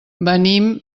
venim